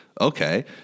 okay